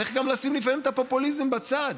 צריך גם לשים לפעמים את הפופוליזם בצד.